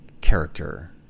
character